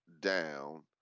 down